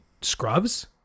Scrubs